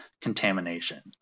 contamination